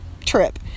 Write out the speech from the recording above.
trip